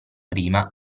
prima